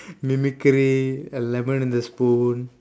mimicry a lemon in the spoon